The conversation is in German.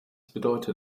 bedeutet